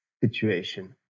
situation